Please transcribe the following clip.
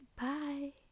Bye